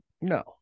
No